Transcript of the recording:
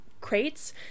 crates